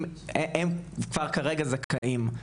הם כבר כרגע זכאים,